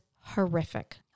horrific